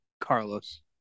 Carlos